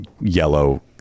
yellow